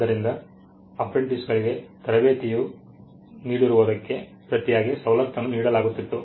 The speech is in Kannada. ಆದ್ದರಿಂದ ಅಪ್ರೆಂಟಿಸ್ಗಳಿಗೆ ತರಬೇತಿಯ ನೀಡಿರುವುದಕ್ಕೆ ಪ್ರತಿಯಾಗಿ ಸವಲತ್ತನ್ನು ನೀಡಲಾಗುತ್ತಿತ್ತು